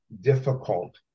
difficult